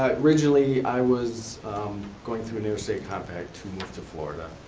ah originally, i was going through a near safe compact, to move to florida,